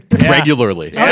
Regularly